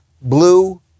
blue